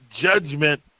judgment